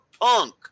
punk